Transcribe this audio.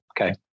Okay